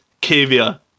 caviar